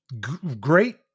great